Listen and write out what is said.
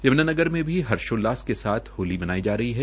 यम्नानगर में भी हर्षोल्लास के साथ होली मनाई जा रही है